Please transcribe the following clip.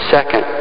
Second